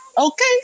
okay